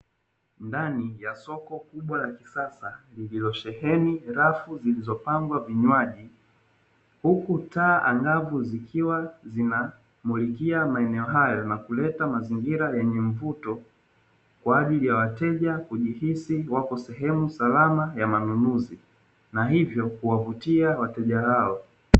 Ndani ya soko kubwa la kisasa lililosheheni rafu zilizopangwa vinywaji huku taa angavu zikiwa zinamulikia maeneo hayo na kuleta mazingira yenye mvuto kwa ajili ya wateja kujihisi wako sehemu salama ya manunuzi na hivyo kuwavutia wateja hao.